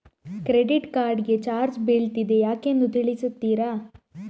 Credit card ಗೆ charge ಬೀಳ್ತಿದೆ ಯಾಕೆಂದು ತಿಳಿಸುತ್ತೀರಾ?